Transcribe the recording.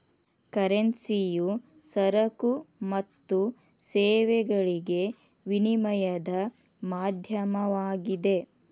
ಕರೆನ್ಸಿಯು ಸರಕು ಮತ್ತು ಸೇವೆಗಳಿಗೆ ವಿನಿಮಯದ ಮಾಧ್ಯಮವಾಗಿದೆ